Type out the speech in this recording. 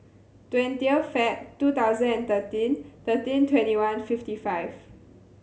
twentieth Feb two thousand and thirteen thirteen twenty one fifty five